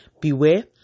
Beware